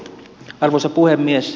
arvoisa puhemies